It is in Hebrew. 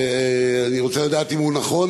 שאני רוצה לדעת אם הוא נכון,